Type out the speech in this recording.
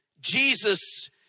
Jesus